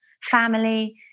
family